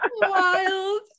wild